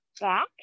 Back